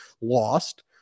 lost